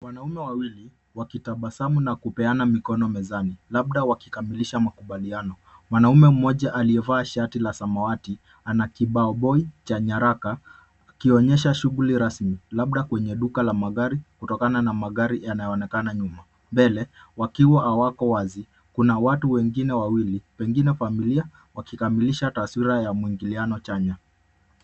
Wanaume wawili wakitabasamu na kupeana mikono mezani labda wakimilisha makubaliano. Mwanaume mmoja aliyevaa shati la samawati ana kibaoboi cha nyaraka, akionyesha shughuli rasmi labda kwenye duka la magari kutokana na magari yanayoonekana nyuma. Mbele wakiwa hawako wazi, kuna watu wengine wawili pengine familia wakikamilisha taswira ya mwingiliano chanya.